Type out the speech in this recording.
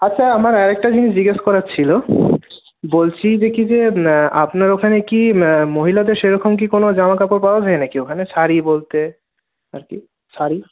আচ্ছা আমার আর একটা জিনিস জিজ্ঞেস করার ছিল বলছি কি যে আপনাদের ওখানে কি মহিলাদের সেরকম কি কোনো জামাকাপড় পাওয়া যায় নাকি ওখানে শাড়ি বলতে আর কি শাড়ি